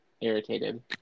irritated